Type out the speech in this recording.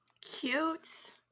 Cute